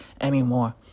anymore